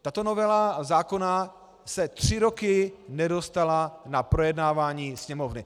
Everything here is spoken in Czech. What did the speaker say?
Tato novela zákona se tři roky nedostala na projednávání Sněmovny.